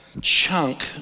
chunk